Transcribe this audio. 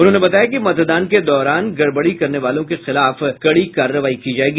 उन्होंने बताया कि मतदान के दौरान गड़बड़ी करने वालों के खिलाफ कड़ी कार्रवाई की जाएगी